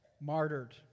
martyred